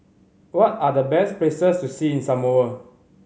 what are the best places to see in Samoa